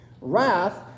Wrath